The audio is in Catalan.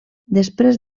després